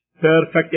perfect